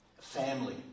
family